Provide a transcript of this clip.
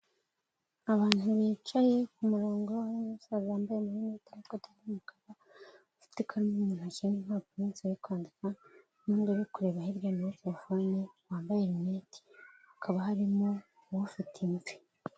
Abantu bicaye ku murongo harimo umusaza wambaye amarinete n'ikote ry'umukara, afite ikaramu mu ntoki n'impapuro munsi ari kwandika, nundi ari kureba hirya muri telefone wambaye amarinete hakaba harimo ufite imvi.